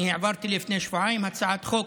העברתי לפני שבועיים הצעת חוק